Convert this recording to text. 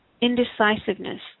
indecisiveness